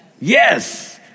Yes